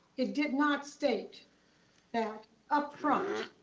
it did not state that upfront,